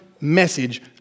message